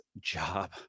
job